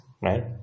right